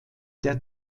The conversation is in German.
der